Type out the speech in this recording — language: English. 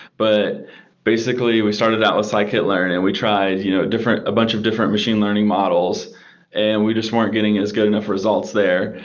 but basically, we started out with scikit-learn and we tried you know a bunch of different machine learning models and we just weren't getting as good enough results there.